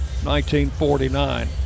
1949